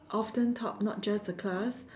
often top not just the class